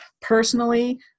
Personally